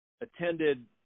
attended